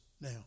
now